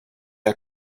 are